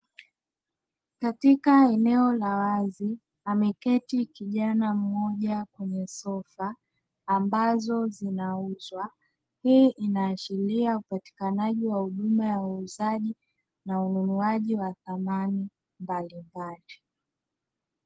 Katika eneo la wazi, ameketi kijana mmoja kwenye sofa ambazo zinauzwa. Hii inaashiria upatikanaji wa huduma ya uuzaji na ununuaji wa samani mbalimbali.